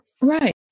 Right